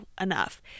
enough